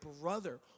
brother